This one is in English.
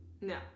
No